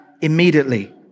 immediately